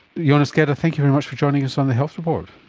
yonas geda, thank you very much for joining us on the health report.